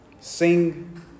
Sing